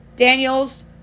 Daniels